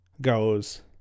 goes